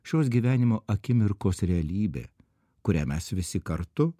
šios gyvenimo akimirkos realybė kurią mes visi kartu